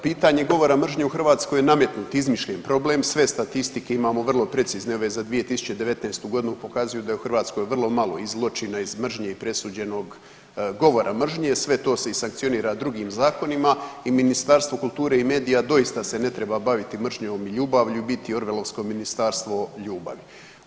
Pitanje govora mržnje u Hrvatskoj je nametnut, izmišljen problem, sve statistike imamo vrlo precizne, ove za 2019. g., pokazuju da je u Hrvatskoj vrlo malo i zločina iz mržnje i presuđenog govora mržnje, sve to se i sankcionira drugim zakonima i Ministarstvo kulture i medija doista se ne treba baviti mržnjom i ljubavlju, biti orwelovsko „Ministarstvo ljubavi“